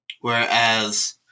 Whereas